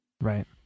right